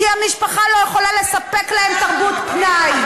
כי המשפחה לא יכולה לספק להם תרבות פנאי.